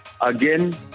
Again